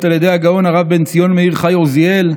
על ידי הגאון הרב בן ציון מאיר חי עוזיאל,